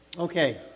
Okay